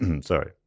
sorry